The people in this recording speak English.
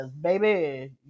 baby